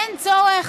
אין צורך